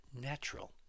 natural